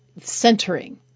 centering